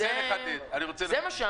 זה מה שנאמר בעצם.